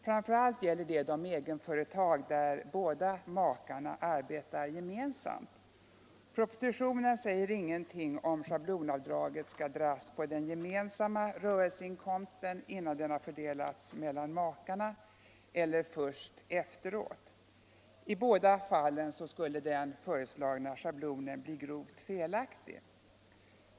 Framför allt gäller det de egenföretag där båda makarna arbetar gemensamt. Propositionen säger ingenting om huruvida schablonavdraget skall dras på den gemensamma rörelseinkomsten innan denna fördelas mellan makarna eller först efteråt. I båda fall skulle den föreslagna schablonen bli grovt felaktig.